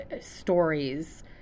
stories